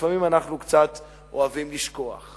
שלפעמים אנחנו קצת אוהבים לשכוח: